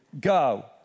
go